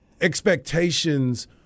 expectations